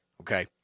Okay